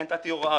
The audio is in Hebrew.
אני נתתי הוראה,